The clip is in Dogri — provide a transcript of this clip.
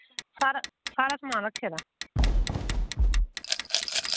सारा सारा समान रक्खे दा